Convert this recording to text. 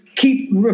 keep